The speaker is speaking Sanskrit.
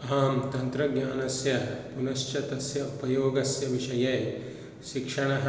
अहं तन्त्रज्ञानस्य पुनश्च तस्य उपयोगस्य विषये शिक्षणः